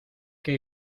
qué